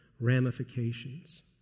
ramifications